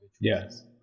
Yes